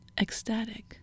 ecstatic